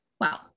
wow